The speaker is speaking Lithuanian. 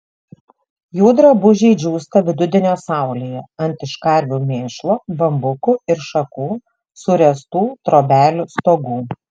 jų drabužiai džiūsta vidudienio saulėje ant iš karvių mėšlo bambukų ir šakų suręstų trobelių stogų